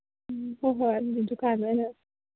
ꯎꯝ ꯍꯣꯏ ꯍꯣꯏ ꯑꯗꯨꯗꯤ ꯗꯨꯀꯥꯟꯗ ꯑꯣꯏꯅ